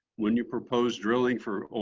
when you propose drilling for